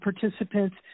participants